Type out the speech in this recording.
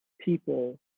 people